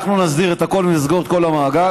אנחנו נסדיר את הכול ונסגור את כל המעגל.